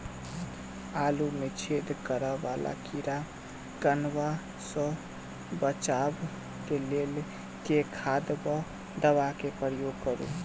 आलु मे छेद करा वला कीड़ा कन्वा सँ बचाब केँ लेल केँ खाद वा दवा केँ प्रयोग करू?